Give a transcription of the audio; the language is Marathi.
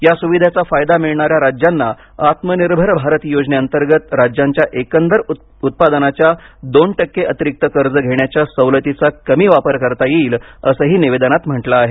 या सुविधेचा फायदा मिळणाऱ्या राज्यांना आत्मनिर्भर भारत योजने अंतर्गत राज्यांच्या एकूण उत्पादनाच्या दोन टक्के अतिरिक्त कर्ज घेण्याच्या सवलतीचा कमी वापर करता येईल असंही निवेदनात म्हटलं आहे